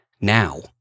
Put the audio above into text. now